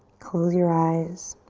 close your eyes.